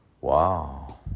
Wow